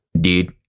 Dude